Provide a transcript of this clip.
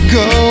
go